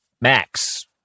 Max